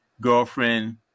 girlfriend